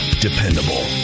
dependable